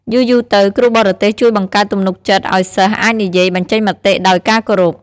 យូរៗទៅ គ្រូបរទេសជួយបង្កើតទំនុកចិត្តឲ្យសិស្សអាចនិយាយបញ្ចេញមតិដោយការគោរព។